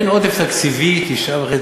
אין עודף תקציבי 9.5,